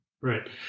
Right